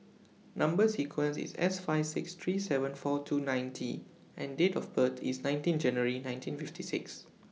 Number sequence IS S five three seven four two nine T and Date of birth IS nineteen January nineteen fifty six